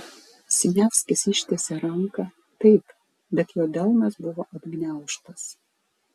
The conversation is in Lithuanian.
siniavskis ištiesė ranką taip bet jo delnas buvo atgniaužtas